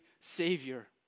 Savior